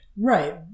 Right